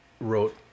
wrote